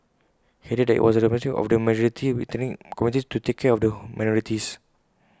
he added that IT was the responsibility of the majority ethnic communities to take care of the minorities